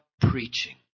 preaching